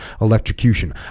electrocution